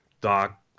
Doc